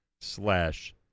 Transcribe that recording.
slash